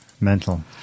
Mental